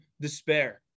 despair